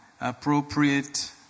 appropriate